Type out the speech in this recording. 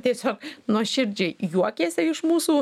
tiesiog nuoširdžiai juokėsi iš mūsų